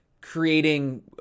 creating